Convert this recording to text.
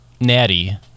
Natty